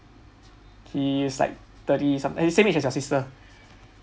he's like thirty some uh same age as your sister